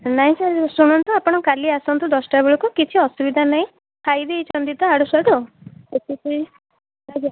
ନାହିଁ ସାର୍ ଶୁଣନ୍ତୁ ଆପଣ କାଲି ଆସନ୍ତୁ ଦଶଟା ବେଳକୁ କିଛି ଅସୁବିଧା ନାହିଁ ଖାଇଦେଇଛନ୍ତି ତ ଆଡ଼ୁ ସାଡ଼ୁ ସେଥିପାଇଁ ଆଜ୍ଞା